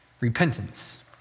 repentance